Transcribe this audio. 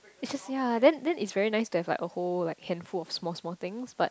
it's just ya then then it's very nice to have like a whole like handful of small small things but